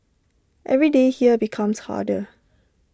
every day here becomes harder